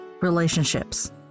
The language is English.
relationships